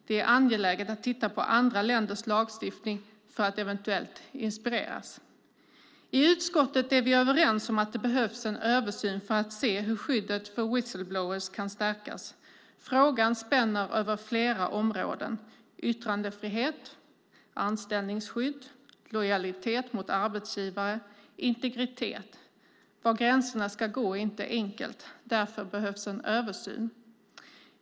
Det är angeläget att titta på andra länders lagstiftning för att eventuellt inspireras. I utskottet är vi överens om att det behövs en översyn för att se hur skyddet för whistle-blowers kan stärkas. Frågan spänner över flera områden - yttrandefrihet, anställningsskydd, lojalitet mot arbetsgivare och integritet. Var gränserna ska gå är inte enkelt att avgöra. Därför behövs en översyn.